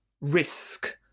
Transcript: risk